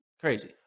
crazy